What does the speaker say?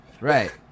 right